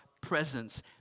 presence